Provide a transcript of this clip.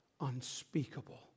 Unspeakable